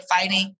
fighting